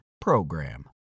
PROGRAM